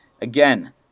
again